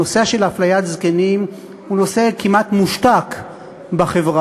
הנושא של אפליית זקנים הוא נושא כמעט מושתק בחברה.